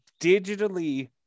digitally